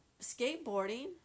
skateboarding